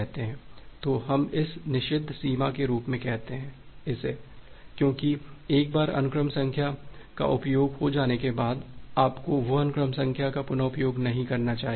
तो हम इसे निषिद्ध सीमा के रूप में कहते हैं क्योंकि एक बार अनुक्रम संख्या का उपयोग हो जाने के बाद आपको वह अनुक्रम संख्या का पुन उपयोग नहीं करना चाहिए